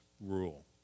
rule